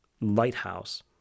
lighthouse